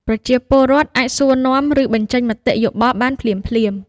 ប្រជាពលរដ្ឋអាចសួរនាំ ឬបញ្ចេញមតិយោបល់បានភ្លាមៗ។